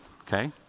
okay